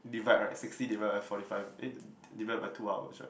divide right sixty divide by forty five eh divide by two hour right